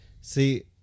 see